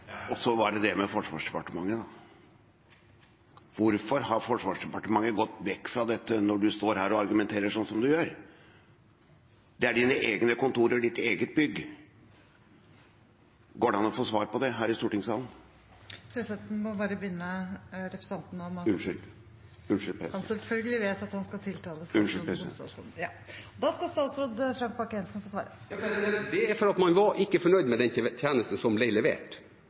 Og så var det det med Forsvarsdepartementet, da. Hvorfor har Forsvarsdepartementet gått vekk fra dette når du står her og argumenterer sånn som du gjør? Det er dine egne kontorer, ditt eget bygg. Går det an å få svar på det her i stortingssalen? Presidenten må minne representanten om – som han selvfølgelig vet – at han skal tiltale statsråden som statsråd. Unnskyld, president. Det er fordi man ikke var fornøyd med den tjenesten som ble levert.